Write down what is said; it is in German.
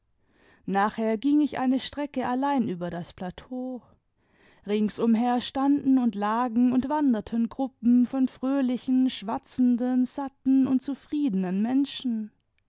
nachher ging ich eine strecke allein über das plateau ringsumher standen und lagen und wanderten gruppen von fröhlichen schwatzenden satten und zufriedenen menschen